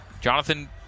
Jonathan